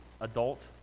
adult